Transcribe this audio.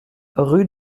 rue